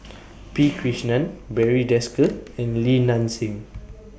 P Krishnan Barry Desker and Li Nanxing